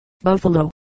Buffalo